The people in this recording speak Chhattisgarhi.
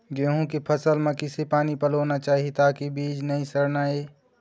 गेहूं के फसल म किसे पानी पलोना चाही ताकि बीज नई सड़ना ये?